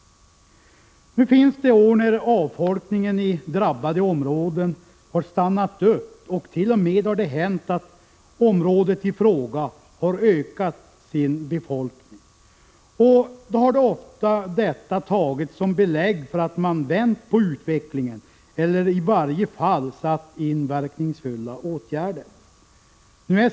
Det har varit år när avfolkningen i drabbade områden har stannat av, och det hart.o.m. hänt att befolkningen i områdena i fråga har ökat. Detta har då ofta tagits som belägg för att utvecklingen har vänts eller i varje fall att verkningsfulla åtgärder har satts in.